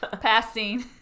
Passing